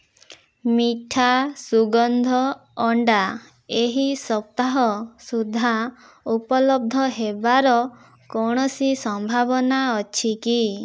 ମିଠା ସୁଗନ୍ଧ ଅଣ୍ଡା ଏହି ସପ୍ତାହ ସୁଦ୍ଧା ଉପଲବ୍ଧ ହେବାର କୌଣସି ସମ୍ଭାବନା ଅଛି କି